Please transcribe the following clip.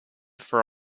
for